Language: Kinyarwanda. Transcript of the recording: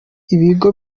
ibigo